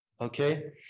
okay